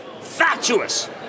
fatuous